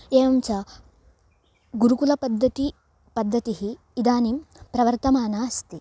एवं च गुरुकुलपद्धतिः पद्धतिः इदानीं प्रवर्तमाना अस्ति